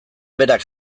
berak